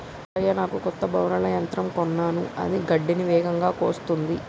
రంగయ్య నాకు కొత్త బౌలర్ల యంత్రం కొన్నాను అది గడ్డిని వేగంగా కోస్తుంది